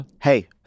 Hey